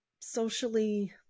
socially